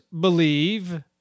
believe